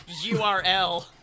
URL